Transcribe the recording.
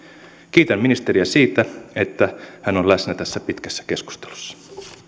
kiitän ministeriä siitä että hän on läsnä tässä pitkässä keskustelussa